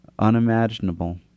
unimaginable